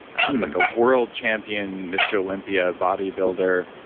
and like ah world champion mr. olympia bodybuilder,